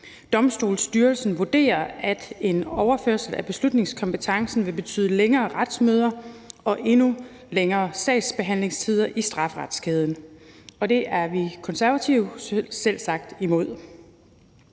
Domstolsstyrelsen vurderer, at en overførsel af beslutningskompetencen vil betyde længere retsmøder og endnu længere sagsbehandlingstider i strafferetskæden. Og det er vi i Konservative selvsagt imod.